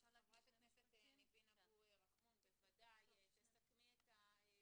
חברת הכנסת ניבין אבו רחמון, תסכמי את הדיון.